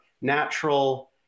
natural